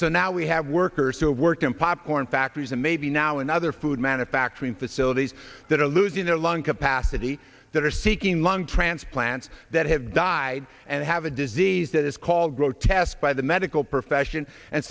so now we have workers who work in popcorn factories and maybe now another food manufacturing facilities that are losing their lung capacity that are seeking lung transplants that have died and have a disease that is called grotesque by the medical profession and